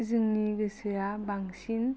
जोंनि गोसोआ बांसिन